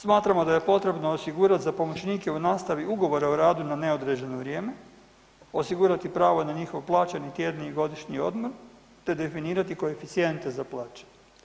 Smatramo da je potrebno osigurat za pomoćnike u nastavi Ugovore o radu na neodređeno vrijeme, osigurati pravo na njihov plaćeni tjedni i godišnji odmor, te definirati koeficijente za plaće.